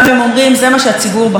הציבור לא בחר בזה.